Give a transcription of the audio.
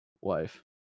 wife